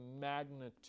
magnitude